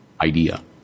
idea